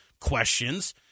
questions